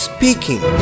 Speaking